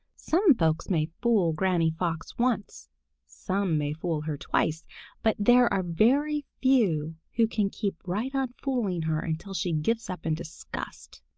some folks may fool granny fox once some may fool her twice but there are very few who can keep right on fooling her until she gives up in disgust.